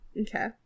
Okay